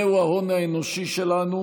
זהו ההון האנושי שלנו,